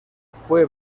fue